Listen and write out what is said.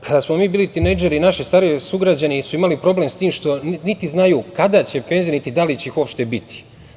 Kada smo mi bili tinejdžeri naši stariji sugrađani su imali problem sa tim što niti znaju kada će penzije, niti dali će iz uopšte biti.